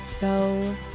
Go